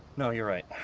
no. you're right.